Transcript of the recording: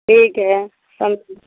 ठीक है समझ गए